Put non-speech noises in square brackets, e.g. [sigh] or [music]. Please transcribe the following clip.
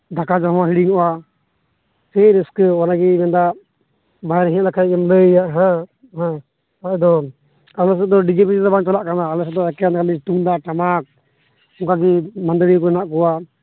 ᱫᱟᱠᱟ ᱡᱚᱢ ᱦᱚᱸ ᱦᱤᱲᱤᱧᱚᱜᱼᱟ ᱥᱮᱹᱭ ᱨᱟᱹᱥᱠᱟᱹ ᱚᱱᱟ ᱜᱤᱧ ᱢᱮᱱ ᱮᱫᱟ ᱵᱟᱦᱚᱧᱟᱨᱤᱧ ᱮ ᱦᱮᱡ ᱞᱮᱱᱠᱷᱟᱱ ᱜᱮ ᱦᱟᱸᱜ ᱮᱢ ᱞᱟᱹᱭᱟᱭᱟ ᱦᱮᱸ [unintelligible] ᱟᱞᱮ ᱥᱮᱫ ᱫᱚ ᱰᱤᱡᱮ ᱯᱷᱤᱡᱮ ᱫᱚ ᱵᱟᱝ ᱪᱟᱞᱟᱜ ᱠᱟᱱᱟ ᱟᱞᱮ ᱥᱮᱫ ᱫᱚ ᱮᱠᱮᱱ ᱠᱷᱟᱹᱞᱤ ᱛᱩᱢᱫᱟᱜ ᱴᱟᱢᱟᱠ ᱚᱝᱠᱟᱜᱮ ᱢᱟᱹᱫᱟᱹᱲᱤᱭᱟᱹ ᱠᱚ ᱢᱮᱱᱟᱜ ᱠᱚᱣᱟ